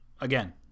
Again